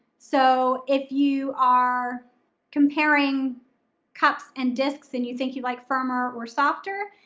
so if you are comparing cups and discs and you think you like firmer or softer,